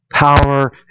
Power